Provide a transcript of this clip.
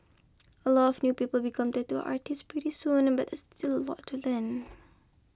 a lot of new people become tattoo artists pretty soon but still a lot to learn